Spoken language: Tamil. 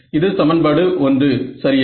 இது சமன்பாடு 1 சரியா